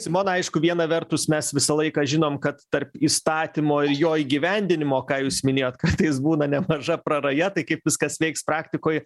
simona aišku viena vertus mes visą laiką žinom kad tarp įstatymo ir jo įgyvendinimo ką jūs minėjot kartais būna nemaža praraja tai kaip viskas veiks praktikoj